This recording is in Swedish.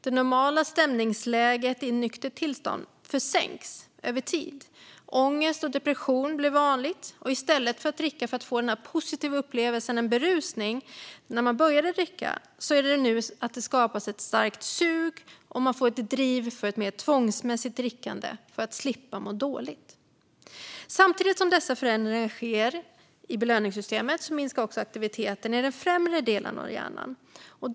Det normala stämningsläget i nyktert tillstånd försänks över tid. Ångest och depression blir vanligt. I stället för att man dricker för att få en positiv upplevelse - en berusning - som när man började dricka skapas ett starkt sug. Man får ett driv för ett mer tvångsmässigt drickande för att slippa må dåligt. Samtidigt som dessa förändringar sker i belöningssystemet minskar också aktiviteten i den främre delen av hjärnan.